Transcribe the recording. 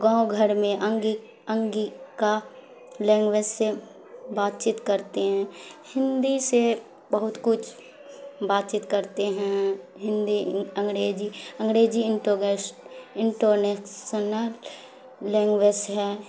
گاؤں گھر میں انگک انگیکا لینگویج سے بات چیت کرتے ہیں ہندی سے بہت کچھ بات چیت کرتے ہیں ہندی انگریزی انگریزی انٹوگیش انٹر نیشنل لینگویج ہے